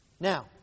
Now